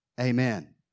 Amen